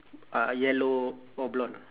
uh yellow or blonde